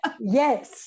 yes